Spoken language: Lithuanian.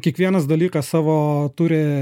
kiekvienas dalykas savo turi